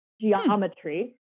geometry